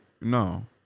No